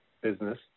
business